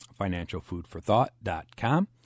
financialfoodforthought.com